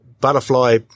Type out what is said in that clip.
butterfly